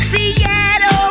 Seattle